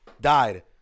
Died